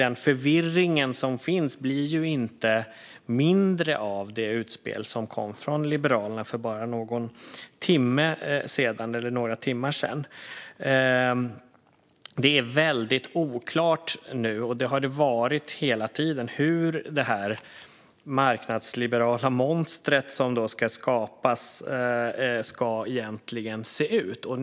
Den förvirring som finns blir inte mindre av det utspel som kom från Liberalerna för bara någon eller några timmar sedan. Det är väldigt oklart - och det har det varit hela tiden - hur det marknadsliberala monster som ska skapas egentligen ska se ut.